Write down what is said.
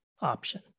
option